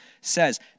says